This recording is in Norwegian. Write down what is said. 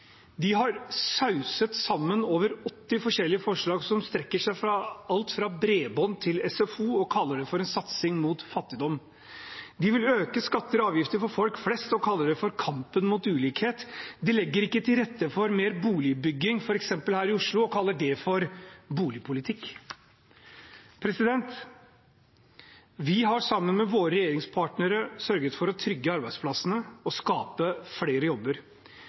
de har sauset sammen over 80 forskjellige forslag, som strekker seg over alt fra bredbånd til SFO, og kaller det satsing mot fattigdom. De vil øke skatter og avgifter for folk flest og kaller det kamp mot ulikhet. De legger ikke til rette for mer boligbygging, f.eks. her i Oslo, og kaller det boligpolitikk. Vi har, sammen med våre regjeringspartnere, sørget for å trygge arbeidsplassene og skape flere jobber.